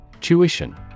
Tuition